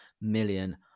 million